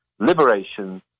liberation